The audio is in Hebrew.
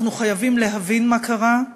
אנחנו חייבים להבין מה קרה,